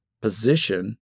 position